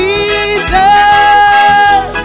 Jesus